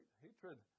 hatred